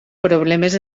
problemes